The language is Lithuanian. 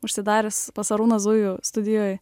užsidaręs pas arūną zujų studijoj